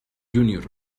júnior